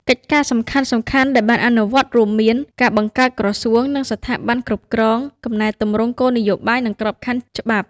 កិច្ចការសំខាន់ៗដែលបានអនុវត្តរួមមាន ការបង្កើតក្រសួង និងស្ថាប័នគ្រប់គ្រង កំណែទម្រង់គោលនយោបាយ និងក្របខណ្ឌច្បាប់។